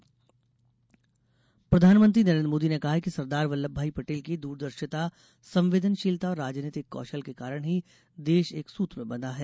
मोदी सरदार पटेल प्रधानमंत्री नरेन्द्र मोदी ने कहा है कि सरदार वल्लभभाई पटेल की दूरदर्शिता संवेदनशीलता और राजनीतिक कौशल के कारण ही देश एक सूत्र में बंधा है